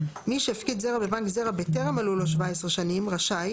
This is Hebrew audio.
מי שהפקיד זרע בבנק זרע בטרם מלאו לו 17 שנים רשאי